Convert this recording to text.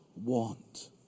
want